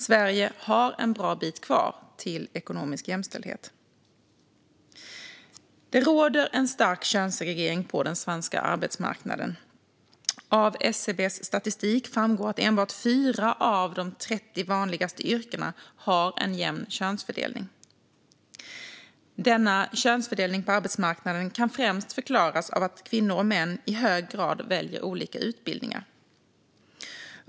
Sverige har en bra bit kvar till ekonomisk jämställhet. Det råder en stark könssegregering på den svenska arbetsmarknaden. Av SCB:s statistik framgår att enbart 4 av de 30 vanligaste yrkena har en jämn könsfördelning. Denna könsfördelning på arbetsmarknaden kan främst förklaras av att kvinnor och män i hög grad väljer olika utbildningar.